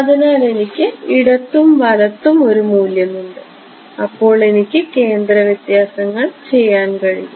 അതിനാൽ എനിക്ക് ഇടത്തും വലത്തും ഒരു മൂല്യമുണ്ട് അപ്പോൾ എനിക്ക് കേന്ദ്ര വ്യത്യാസങ്ങൾ ചെയ്യാൻ കഴിയും